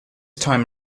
time